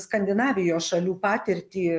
skandinavijos šalių patirtį